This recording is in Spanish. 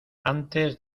antes